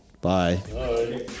Bye